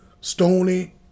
stony